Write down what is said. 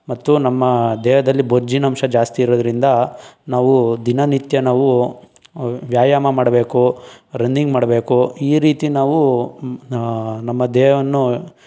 ಮತ್ತು ನಮ್ಮ ದೇಹದಲ್ಲಿ ಬೊಜ್ಜಿನ ಅಂಶ ಜಾಸ್ತಿ ಇರೋದರಿಂದ ನಾವು ದಿನನಿತ್ಯ ನಾವು ವ್ಯಾಯಾಮ ಮಾಡಬೇಕು ರನ್ನಿಂಗ್ ಮಾಡಬೇಕು ಈ ರೀತಿ ನಾವು ನಮ್ಮ ದೇಹವನ್ನು